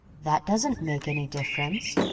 that doesn't make any difference,